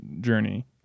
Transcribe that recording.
journey